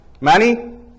Manny